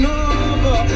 over